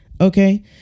okay